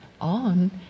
on